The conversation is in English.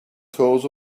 calls